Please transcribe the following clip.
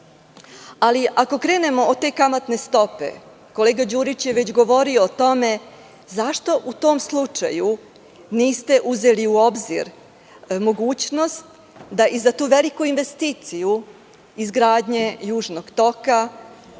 krenemo od te kamatne stope, kolega Đurić je o tome govorio, zašto u tom slučaju niste uzeli u obzir mogućnost da i za tu veliku investiciju izgradnju Južnog toka